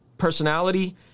personality